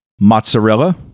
mozzarella